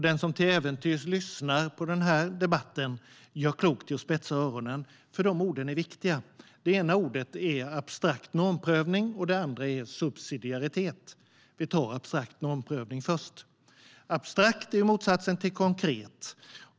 Den som till äventyrs lyssnar på den här debatten gör klokt i att spetsa öronen, för dessa ord är viktiga. Det ena är abstrakt normprövning och det andra är subsidiaritet. Vi tar abstrakt normprövning först. Abstrakt är motsatsen till konkret.